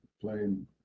playing